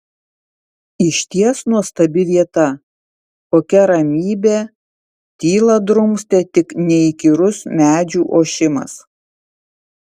išties nuostabi vieta kokia ramybė tylą drumstė tik neįkyrus medžių ošimas